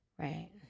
Right